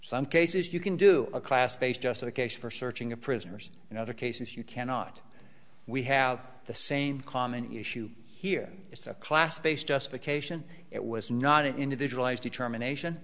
some cases you can do a class based justification for searching of prisoners and other cases you cannot we have the same common issue here it's a class based justification it was not individuals determination